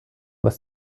was